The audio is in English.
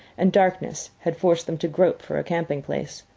and darkness had forced them to grope for a camping place.